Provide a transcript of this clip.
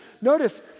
Notice